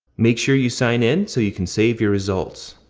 make sure you sign in so you can save your results.